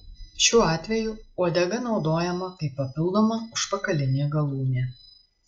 šiuo atveju uodega naudojama kaip papildoma užpakalinė galūnė